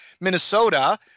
Minnesota